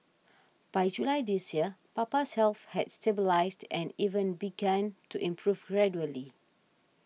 by July this year Papa's health has stabilised and even begun to improve gradually